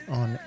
on